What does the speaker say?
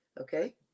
okay